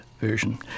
version